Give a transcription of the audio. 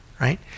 right